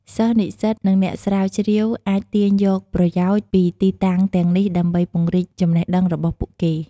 សិស្ស និស្សិត និងអ្នកស្រាវជ្រាវអាចទាញយកប្រយោជន៍ពីទីតាំងទាំងនេះដើម្បីពង្រីកចំណេះដឹងរបស់ពួកគេ។